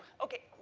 okay.